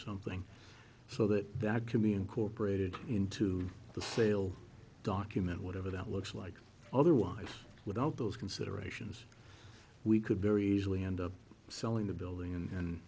something so that that can be incorporated into the sale document whatever that looks like otherwise without those considerations we could very easily end up selling the building and